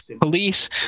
police